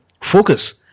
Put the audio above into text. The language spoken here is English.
Focus